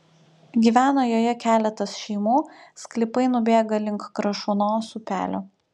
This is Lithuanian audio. gyvena joje keletas šeimų sklypai nubėga link krašuonos upelio